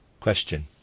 Question